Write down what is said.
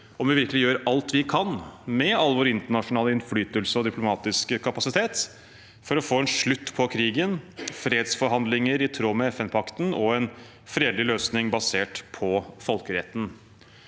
om vi virkelig gjør alt vi kan, med all vår internasjonale innflytelse og diplomatiske kapasitet, for å få en slutt på krigen, få fredsforhandlinger i tråd med FNpakten og en fredelig løsning basert på folkeretten.